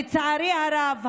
לצערי הרב,